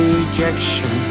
Rejection